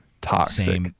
toxic